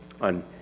on